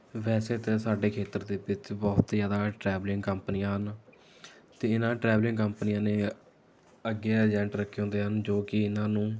ਵੈਸੇ ਤਾਂ ਸਾਡੇ ਖੇਤਰ ਦੇ ਵਿੱਚ ਬਹੁਤ ਜ਼ਿਆਦਾ ਟਰੈਵਲਿੰਗ ਕੰਪਨੀਆਂ ਹਨ ਅਤੇ ਇਨ੍ਹਾਂ ਟਰੈਵਲਿੰਗ ਕੰਪਨੀਆਂ ਨੇ ਅੱਗੇ ਏਜੰਟ ਰੱਖੇ ਹੁੰਦੇ ਹਨ ਜੋ ਕਿ ਇਨ੍ਹਾਂ ਨੂੰ